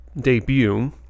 debut